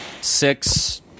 six